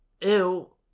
Ew